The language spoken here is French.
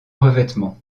revêtement